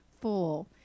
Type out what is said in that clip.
full